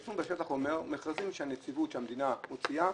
היישום בשטח אומר מכרזים שהמדינה מוציאה,